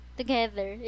together